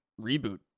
reboot